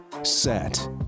Set